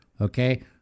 okay